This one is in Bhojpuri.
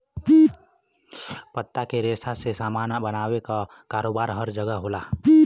पत्ता के रेशा से सामान बनावे क कारोबार हर जगह होला